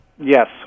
Yes